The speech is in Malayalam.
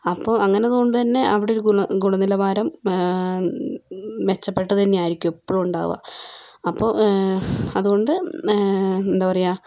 അപ്പോൾ അങ്ങനെ ഉള്ളതുകൊണ്ടുതന്നെ അവിടെ ഒരു ഗുണ ഗുണനിലവാരം മെച്ചപ്പെട്ടത് തന്നെ ആയിരിക്കും എപ്പോഴും ഉണ്ടാവുക അപ്പോൾ അതുകൊണ്ട് എന്താണ് പറയുക